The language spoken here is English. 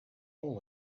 hole